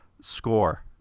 score